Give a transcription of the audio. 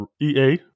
EA